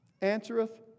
Answereth